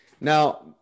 Now